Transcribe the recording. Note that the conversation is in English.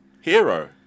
hero